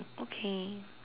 okay